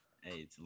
Hey